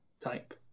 type